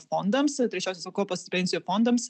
fondams trečiosios pakopos pensijų fondams